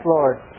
Lord